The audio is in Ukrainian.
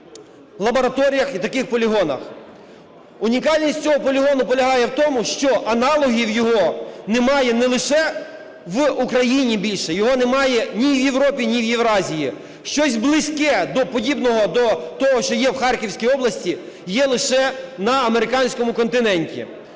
лабораторіях і на таких полігонах. Унікальність цього полігону полягає в тому, що аналогів його немає не лише в Україні більше, його немає ні в Європі, ні в Євразії. Щось близьке до подібного, до того, що є в Харківській області, є лише на американському континенті.